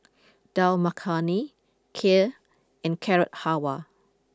Dal Makhani Kheer and Carrot Halwa